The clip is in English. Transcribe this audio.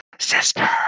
Sister